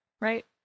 right